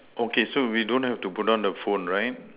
okay so we don't have to put down the phone right